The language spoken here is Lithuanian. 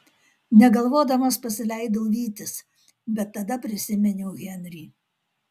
negalvodamas pasileidau vytis bet tada prisiminiau henrį